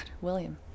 William